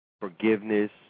forgiveness